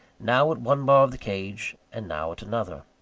now at one bar of the cage, and now at another.